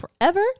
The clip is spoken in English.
forever